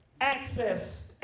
Access